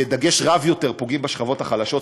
בדגש רב יותר הם פוגעים בשכבות החלשות,